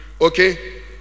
okay